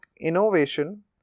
innovation